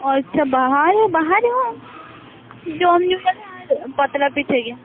ᱚ ᱟᱪᱪᱷᱟ ᱵᱟᱦᱟ ᱨᱮ ᱵᱟᱦᱟᱨᱮᱦᱚᱸ ᱚᱱᱠᱟᱜᱮ ᱡᱚᱢ ᱧᱩ ᱭᱟᱞᱮ ᱟᱨ ᱯᱟᱛᱲᱟ ᱯᱤᱴᱟ ᱜᱮ